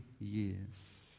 years